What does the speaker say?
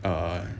err